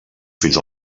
fins